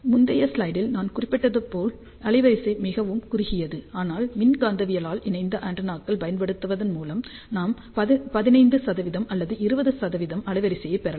முந்தைய ஸ்லைடில் நான் குறிப்பிட்டது போல் அலைவரிசை மிகவும் குறுகியது ஆனால் மின்காந்தவியலால் இணைந்த ஆண்டெனாக்கள் பயன்படுத்துவதன் மூலம் நாம் 15 அல்லது 20 அலைவரிசையைப் பெறலாம்